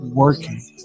working